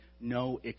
no